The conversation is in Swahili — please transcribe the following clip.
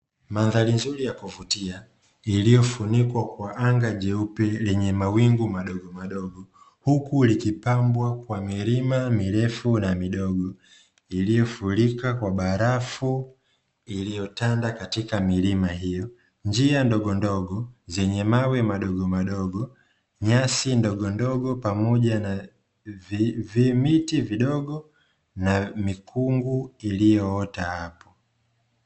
Mandhari nzuri ya kuvutia iliyofunikwa kwa anga jeupe lenye mawingu madogo madogo, huku likipambwa kwa milima mirefu na midogo iliyofurika kwa barafu iliyotanda katika milima hiyo. Njia ndogo ndogo zenye mawe madogo madogo, nyasi ndogo pamoja na vimiti vidogo na mikungu iliyoota hapo.